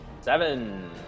Seven